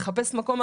לחפש מקום,